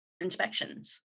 inspections